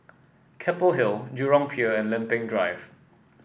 Keppel Hill Jurong Pier and Lempeng Drive